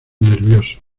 nerviosos